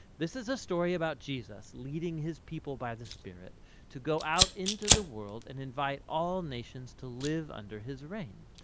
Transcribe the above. this is a story about jesus leading his people by the spirit to go out into the world, and invite all nations to live under his reign,